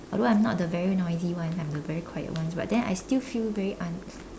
although I'm not the very noisy ones I am the very quiet ones but then I still feel very un~